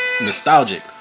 nostalgic